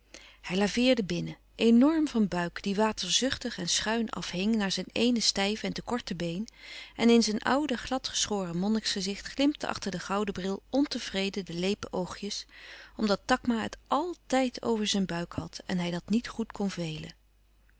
hij laveerde binnen enorm van buik die waterzuchtig en schuin afhing naar zijn eene stijve en te korte been en in zijn oude gladgeschoren monniksgezicht glimpten achter de gouden bril ontevreden de leepe oogjes omdat takma het altijd over zijn buik had en hij dat niet goed kon velen